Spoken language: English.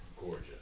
gorgeous